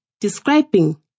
describing